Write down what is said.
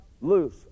loose